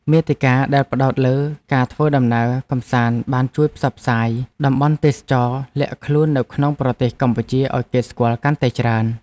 មាតិកាដែលផ្ដោតលើការធ្វើដំណើរកម្សាន្តបានជួយផ្សព្វផ្សាយតំបន់ទេសចរណ៍លាក់ខ្លួននៅក្នុងប្រទេសកម្ពុជាឱ្យគេស្គាល់កាន់តែច្រើន។